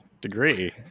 degree